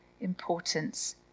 importance